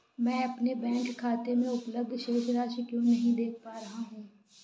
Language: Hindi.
मैं अपने बैंक खाते में उपलब्ध शेष राशि क्यो नहीं देख पा रहा हूँ?